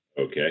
Okay